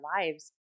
lives